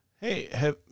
Hey